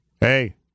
Hey